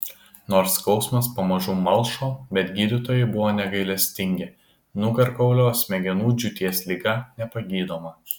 nors skausmas pamažu malšo bet gydytojai buvo negailestingi nugarkaulio smegenų džiūties liga nepagydoma